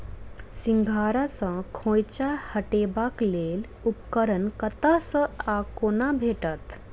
सिंघाड़ा सऽ खोइंचा हटेबाक लेल उपकरण कतह सऽ आ कोना भेटत?